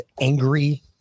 angry